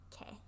okay